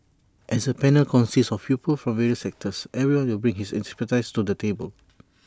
as the panel consists of people from various sectors everyone will bring his expertise to the table